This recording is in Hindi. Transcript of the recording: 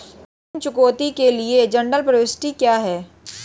ऋण चुकौती के लिए जनरल प्रविष्टि क्या है?